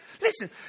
Listen